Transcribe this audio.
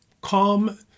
calm